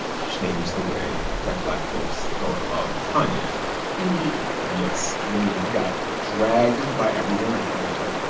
changed the way that black folks thought about kanye indeed yes, because, i mean, he got dragged by everyone. everybody's, like,